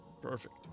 perfect